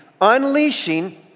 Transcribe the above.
unleashing